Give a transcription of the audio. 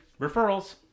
referrals